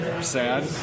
sad